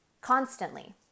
constantly